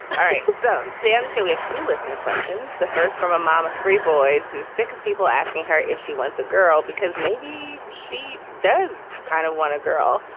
all right. so stay on the show. we have two listener questions. the first from a mom of three boys who's sick of people asking her if she wants a girl, because maybe she does kind of want a girl.